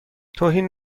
توهین